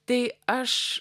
tai aš